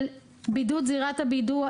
של בידוד זירת האירוע.